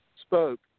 spoke